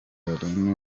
rooney